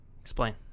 explain